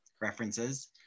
references